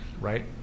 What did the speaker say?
right